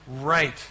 right